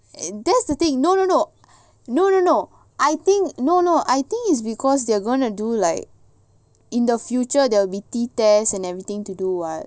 that's the thing no no no no no no I think no no I think it's because they are gonna do like in the future there will be T test and everything to do what